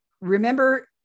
remember